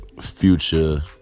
Future